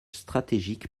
stratégique